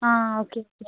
ആ ആ okay okay